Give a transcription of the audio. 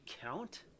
count